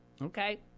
Okay